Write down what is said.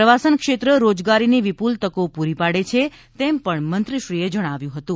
પ્રવાસન ક્ષેત્ર રોજગારીની વિપુલ તકો પુરી પાડે છે તેમ પણ મંત્રીશ્રીએ જણાવ્યુ હતું